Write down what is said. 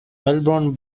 melbourne